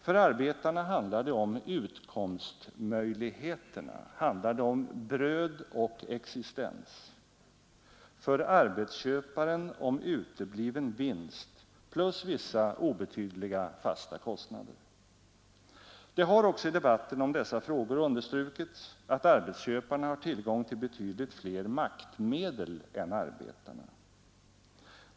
För arbetarna handlar det om utkomstmöjligheterna, om bröd och existens, för arbetsköparen om utebliven vinst plus vissa obetydliga fasta kostnader. Det har också i debatten om dessa frågor understrukits att arbetsköparna har tillgång till betydligt fler maktmedel än arbetarna.